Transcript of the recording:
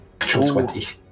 20